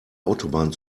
autobahn